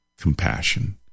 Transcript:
Compassion